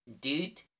dude